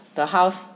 the house